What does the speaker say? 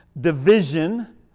division